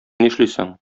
нишлисең